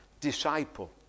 disciple